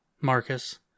Marcus